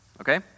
okay